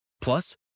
Plus